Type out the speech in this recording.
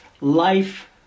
life